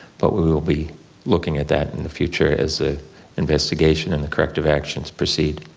but we will be looking at that in the future as the investigation and the corrective actions proceed.